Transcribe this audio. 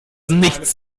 nichts